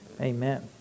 amen